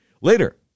Later